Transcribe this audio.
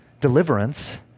Deliverance